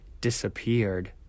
disappeared